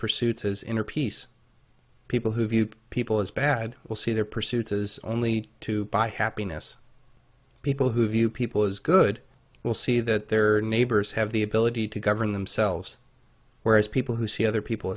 pursuits as inner peace people who view people as bad will see their pursuit is only to buy happiness people who view people as good will see that their neighbors have the ability to govern themselves whereas people who see other people